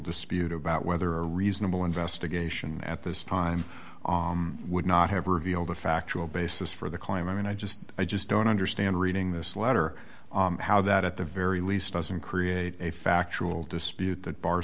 dispute about whether a reasonable investigation at this time would not have revealed a factual basis for the climb i mean i just i just don't understand reading this letter how that at the very least doesn't create a factual dispute that bar